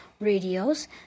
radios